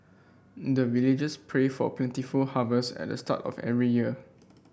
the villagers pray for plentiful harvest at the start of every year